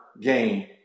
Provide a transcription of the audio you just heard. game